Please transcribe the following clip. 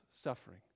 suffering